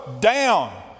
down